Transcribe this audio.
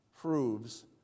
proves